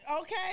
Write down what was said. okay